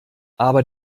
aber